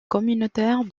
communautaire